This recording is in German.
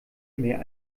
mehr